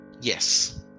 Yes